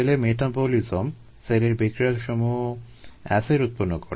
সেলে মেটাবলিজম সেলের বিক্রিয়াসমূহ এসিড উৎপন্ন করে